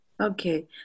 okay